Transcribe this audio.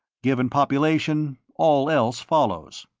given population, all else follows.